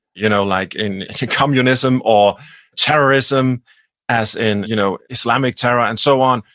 you know like in communism, or terrorism as in you know islamic terror, and so on,